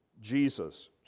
jesus